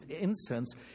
instance